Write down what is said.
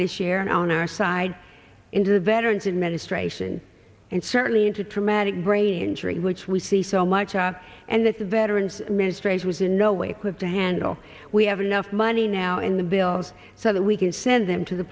this year on our side into the veterans administration and certainly into traumatic brain injury which we see so much and that the veterans administration was in no way quit to handle we have enough money now in the bills so that we can send them to the